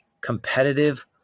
competitive